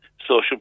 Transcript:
social